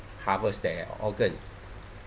harvest their organ